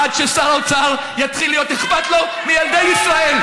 עד ששר האוצר יתחיל להיות אכפת לו מילדי ישראל.